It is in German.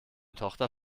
tochter